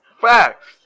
Facts